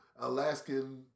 Alaskan